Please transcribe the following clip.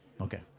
Okay